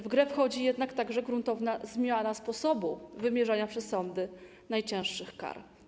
W grę wchodzi jednak także gruntowna zmiana sposobu wymierzania przez sąd najcięższych kar.